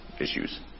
issues